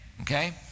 okay